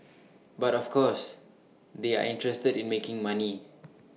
but of course they are interested in making money